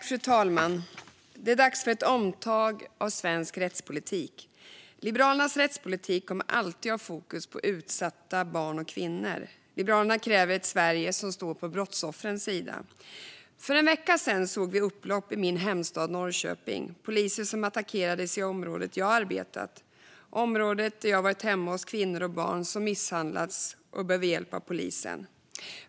Fru talman! Det är dags för ett omtag av svensk rättspolitik. Liberalernas rättspolitik kommer alltid ha fokus på utsatta barn och kvinnor. Liberalerna kräver ett Sverige som står på brottsoffrens sida. För en vecka sedan såg vi upplopp i min hemstad Norrköping. Det var poliser som attackerades i området där jag arbetat, området där jag har varit hemma hos kvinnor och barn som misshandlats och behöver hjälp av polisen.